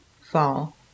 fall